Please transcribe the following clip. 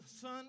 son